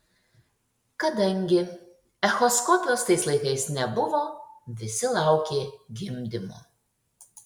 kadangi echoskopijos tais laikais nebuvo visi laukė gimdymo